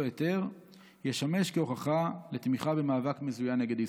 היתר ישמש כהוכחה לתמיכה במאבק מזוין נגד ישראל.